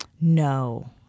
No